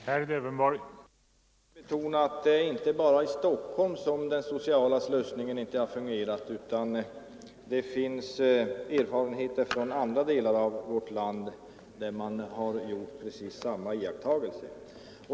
Herr talman! Jag vill betona att det inte bara är i Stockholm som den sociala slussningen inte har fungerat, utan det finns andra delar av vårt land där man har gjort precis samma iakttagelser.